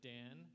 Dan